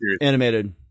Animated